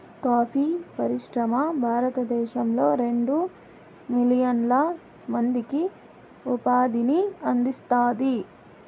coffee పరిశ్రమ భారతదేశంలో రెండు మిలియన్ల మందికి ఉపాధిని అందిస్తాంది